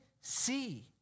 see